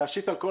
ולהשית על כל